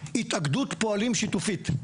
התאגדות פועלים שיתופית.